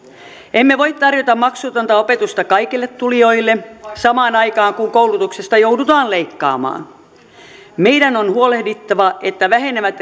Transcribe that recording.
emme voi tarjota maksutonta opetusta kaikille tulijoille samaan aikaan kun koulutuksesta joudutaan leikkaamaan meidän on huolehdittava että vähenevät